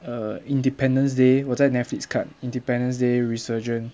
err independence day 我在 netflix 看 independence day resurgence